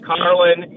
Carlin